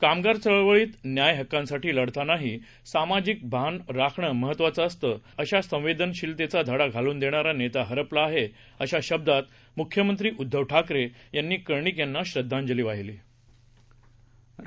कामगारचळवळीतन्यायहक्कांसाठीलढतानाहीसामाजिकभानराखणंमहत्वाचेअसतं अशासंवेदनशीलतेचाधडाघालूनदेणारानेताहरपलाआहे अशाशब्दांतमुख्यमंत्रीउद्धवठाकरेयांनीकर्णिकयांनाश्रद्धांजलीवाहिलीआहे